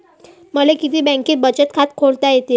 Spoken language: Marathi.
मले किती बँकेत बचत खात खोलता येते?